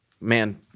Man